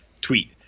tweet